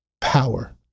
power